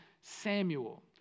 Samuel